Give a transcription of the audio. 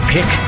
Pick